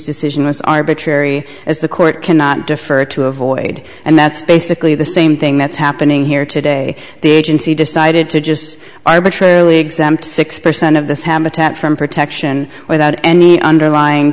decision was arbitrary as the court cannot defer to avoid and that's basically the same thing that's happening here today the agency decided to just arbitrarily exempt six percent of this habitat from protection without any underlying